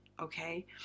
okay